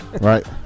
Right